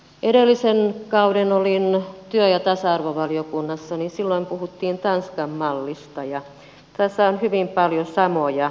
edellisen kauden olin työ ja tasa arvovaliokunnassa ja silloin puhuttiin tanskan mallista ja tässä on hyvin paljon samoja elementtejä